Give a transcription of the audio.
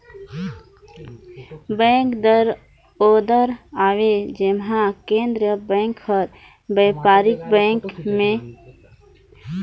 bank दर ओ दर हवे जेम्हां केंद्रीय बेंक हर बयपारिक बेंक मन ल बगरा समे बर करजा देथे